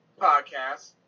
podcast